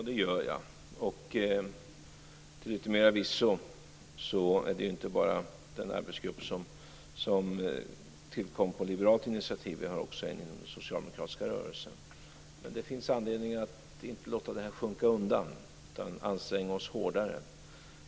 Fru talman! Ja, det gör jag. Till yttermera visso finns inte bara den arbetsgrupp som tillkom på liberalt initiativ, utan vi har också en inom den socialdemokratiska rörelsen. Men det finns anledning att inte låta detta sjunka undan utan att anstränga sig hårdare.